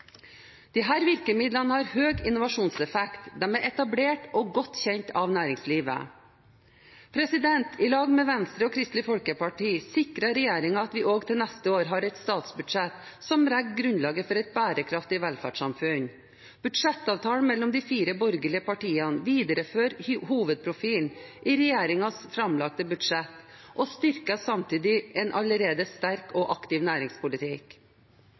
de er etablerte og godt kjent for næringslivet. Sammen med Venstre og Kristelig Folkeparti sikrer regjeringen at vi også til neste år har et statsbudsjett som legger grunnlaget for et bærekraftig velferdssamfunn. Budsjettavtalen mellom de fire borgerlige partiene viderefører hovedprofilen i regjeringens framlagte budsjett og styrker samtidig en allerede sterk og aktiv næringspolitikk.